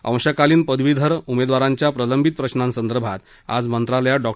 अंशकालीन पदवीधर उमेदवारांच्या प्रलंबित प्रश्नासंदर्भात आज मंत्रालयात डॉ